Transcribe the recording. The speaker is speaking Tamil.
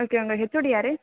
ஓகே உங்கள் ஹெச்ஓடி யார்